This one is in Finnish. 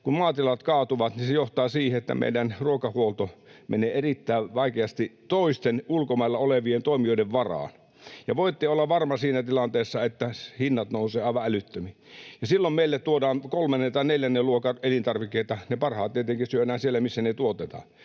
kun maatilat kaatuvat, niin se johtaa siihen, että meidän ruokahuolto menee erittäin vaikeasti toisten, ulkomailla olevien toimijoiden varaan. Ja voitte olla varmoja siinä tilanteessa, että hinnat nousevat aivan älyttömiin, ja silloin meille tuodaan kolmannen tai neljännen luokan elintarvikkeita. Ne parhaat tietenkin syödään siellä, missä ne tuotetaan,